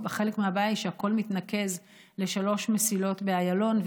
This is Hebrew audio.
חלק מהבעיה היא שהכול מתנקז לשלוש מסילות באיילון,